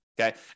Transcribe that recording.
Okay